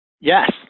Yes